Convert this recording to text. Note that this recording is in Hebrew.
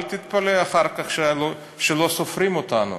אל תתפלא אחר כך שלא סופרים אותנו.